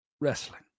wrestling